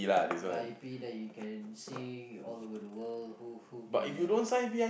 v_i_p then you can sing all over the world who who can